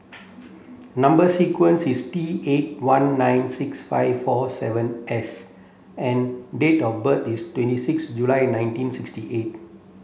number sequence is T eight one nine six five four seven S and date of birth is twenty six July nineteen sixty eight